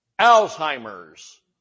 Alzheimer's